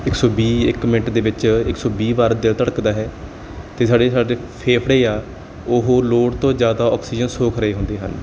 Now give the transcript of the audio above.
ਇੱਕ ਸੌ ਵੀਹ ਇੱਕ ਮਿੰਟ ਦੇ ਵਿੱਚ ਇੱਕ ਸੌ ਵੀਹ ਵਾਰ ਦਿਲ ਧੜਕਦਾ ਹੈ ਅਤੇ ਸਾਡੇ ਸਾਡੇ ਫੇਫੜੇ ਆ ਉਹ ਲੋੜ ਤੋਂ ਜ਼ਿਆਦਾ ਓਕਸੀਜਨ ਸੋਖ ਰਹੇ ਹੁੰਦੇ ਹਨ